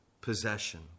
possession